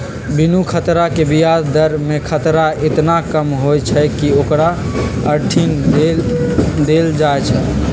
बिनु खतरा के ब्याज दर में खतरा एतना कम होइ छइ कि ओकरा अंठिय देल जाइ छइ